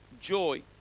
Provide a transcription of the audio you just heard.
joy